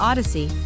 Odyssey